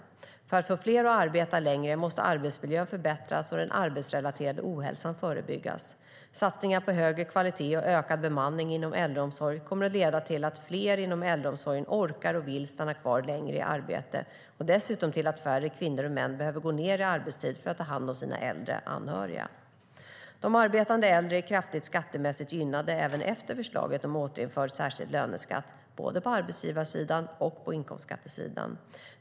För att få fler att arbeta längre måste arbetsmiljön förbättras och den arbetsrelaterade ohälsan förebyggas. Satsningar på högre kvalitet och ökad bemanning inom äldreomsorg kommer att leda till att fler inom äldreomsorgen orkar och vill stanna kvar längre i arbete och dessutom till att färre kvinnor och män behöver gå ned i arbetstid för att ta hand om sina äldre anhöriga. De arbetande äldre är kraftigt skattemässigt gynnade även efter förslaget om återinförd särskild löneskatt, både på arbetsgivarsidan och på inkomstskattesidan.